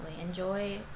Enjoy